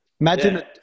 Imagine